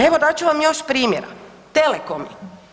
Evo dat ću vam još primjera – telekomi.